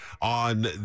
on